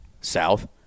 south